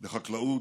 בחקלאות,